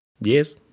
Yes